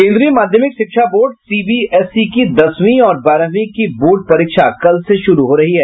केन्द्रीय माध्यमिक शिक्षा बोर्ड सीबीएसई की दसवीं और बारहवीं की बोर्ड परीक्षा कल से शुरू हो रही है